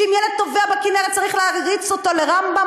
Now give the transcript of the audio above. שאם ילד טובע בכינרת צריך להריץ אותו לרמב"ם?